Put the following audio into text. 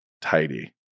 tidy